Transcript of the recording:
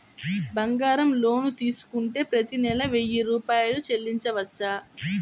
బంగారం లోన్ తీసుకుంటే ప్రతి నెల వెయ్యి రూపాయలు చెల్లించవచ్చా?